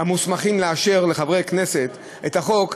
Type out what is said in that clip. המוסמכים לאשר לחברי כנסת את החוק,